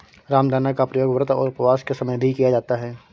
रामदाना का प्रयोग व्रत और उपवास के समय भी किया जाता है